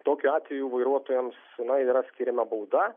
tokiu atveju vairuotojams na yra skiriama bauda